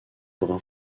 brun